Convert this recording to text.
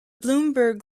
bloomberg